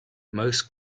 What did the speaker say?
most